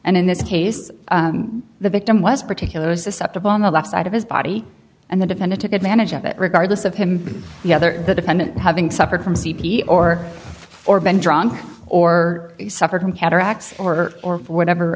and in this case the victim was particular was deceptive on the left side of his body and the defendant took advantage of it regardless of him the other the defendant having suffered from c p or or been drunk or suffered from cataracts or hurt or whatever